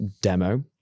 demo